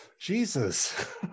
Jesus